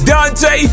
Dante